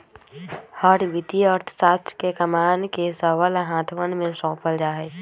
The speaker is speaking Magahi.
हर वित्तीय अर्थशास्त्र के कमान के सबल हाथवन में सौंपल जा हई